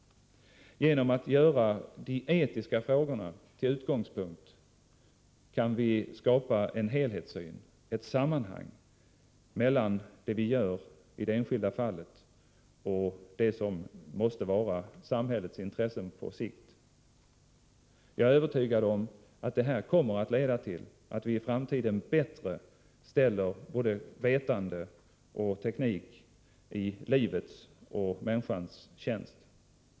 Genom att ta de etiska frågorna till utgångspunkt kan vi skapa en helhetssyn, ett sammanhang, mellan det vi gör i det enskilda fallet och det som måste vara samhällets intressen på sikt. Jag är övertygad om att det här kommer att leda till att vi i framtiden bättre ställer både vetande och teknik i livets och människans tjänst.